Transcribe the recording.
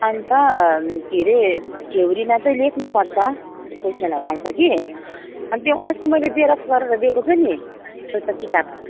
अन्त के रे थ्योरीमा चाहिँ लेख्नुपर्छ क्वोइसनहरू आउँछ कि अन्त त्यो अस्ति मैले जेरक्स गरेर दिएको छु नि एउटा किताब